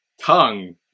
Tongue